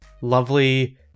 lovely